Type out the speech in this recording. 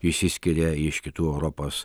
išsiskiria iš kitų europos